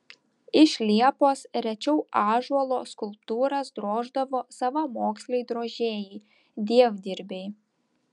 iš liepos rečiau ąžuolo skulptūras droždavo savamoksliai drožėjai dievdirbiai